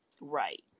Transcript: Right